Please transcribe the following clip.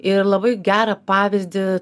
ir labai gerą pavyzdį